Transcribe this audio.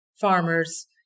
farmers